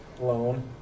loan